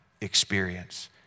experience